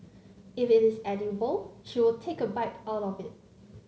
if it is edible she will take a bite out of it